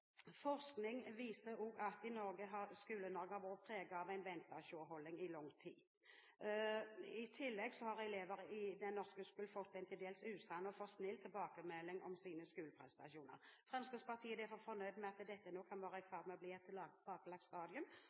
Forskning viser at Skole-Norge har vært preget av en vente-og-se-holdning i lang tid. I tillegg har elevene i den norske skolen fått en til dels usann og for snill tilbakemelding om sine skoleprestasjoner. Fremskrittspartiet er derfor fornøyd med at dette nå kan være i ferd med å bli et